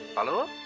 hello!